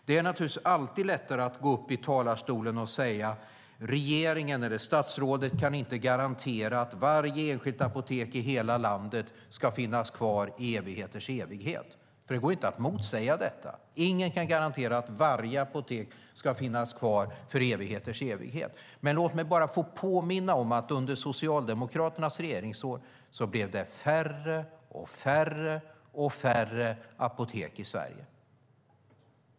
Det är naturligtvis lätt att gå upp i talarstolen och säga att regeringen, eller statsrådet, kan inte garantera att varje enskilt apotek i landet ska finnas kvar i evigheters evighet. Det går ju inte att motsäga det. Ingen kan garantera att varje apotek ska finnas kvar i evigheters evighet. Låt mig få påminna om att det under Socialdemokraternas regeringsår blev färre och färre apotek i Sverige.